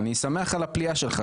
אני שמח על הפליאה שלך.